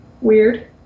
Weird